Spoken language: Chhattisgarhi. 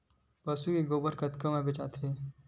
पशु के गोबर कतेक म बेचाथे?